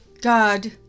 God